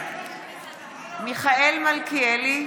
בעד מיכאל מלכיאלי,